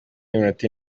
n’iminota